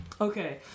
Okay